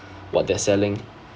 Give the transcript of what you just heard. what they selling